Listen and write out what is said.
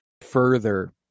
further